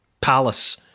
palace